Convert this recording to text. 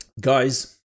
guys